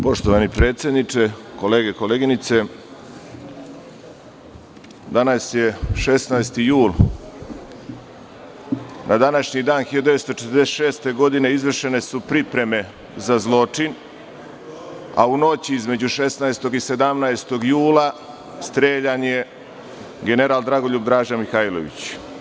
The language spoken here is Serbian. Poštovani predsedniče, kolege, koleginice, danas je 16. jul. Na današnji dan, 1946. godine izvršene su pripreme za zločin, a u noć između 16. i 17. jula streljan je general Dragoljub Draža Mihajlović.